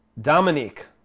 Dominique